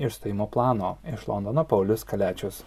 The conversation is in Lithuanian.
išstojimo plano iš londono paulius kaliačius